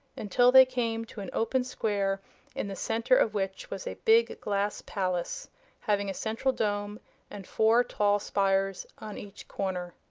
until they came to an open square in the center of which was a big glass palace having a central dome and four tall spires on each corner.